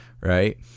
right